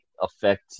affect